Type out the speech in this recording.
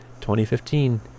2015